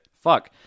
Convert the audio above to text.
Fuck